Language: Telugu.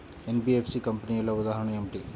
ఎన్.బీ.ఎఫ్.సి కంపెనీల ఉదాహరణ ఏమిటి?